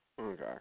Okay